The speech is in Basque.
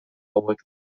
hauek